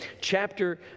chapter